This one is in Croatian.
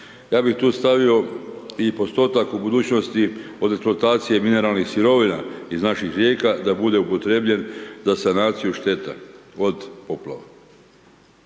Ja bih tu stavio i postotak u budućnosti od eksploatacije mineralnih sirovina iz naših rijeka, da bude upotrijebljen za sanaciju šteta od poplava.